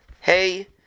Hey